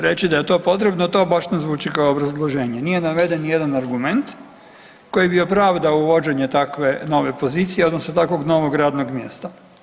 Reći da je to potrebno to baš ne zvuči kao obrazloženje, nije naveden nijedan argument koji bi opravdao uvođenje takve nove pozicije odnosno takvog novog radnog mjesta.